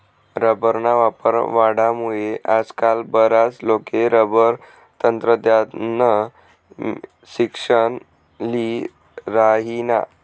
रबरना वापर वाढामुये आजकाल बराच लोके रबर तंत्रज्ञाननं शिक्सन ल्ही राहिनात